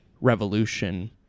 revolution